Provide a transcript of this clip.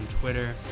twitter